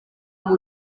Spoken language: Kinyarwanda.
muri